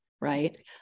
Right